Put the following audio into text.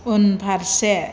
उनफारसे